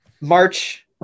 March